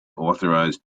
authorised